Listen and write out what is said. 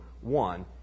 one